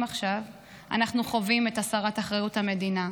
עכשיו אנחנו חווים את הסרת אחריות המדינה.